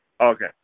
Okay